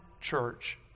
church